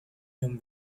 him